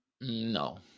no